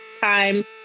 time